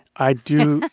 i do.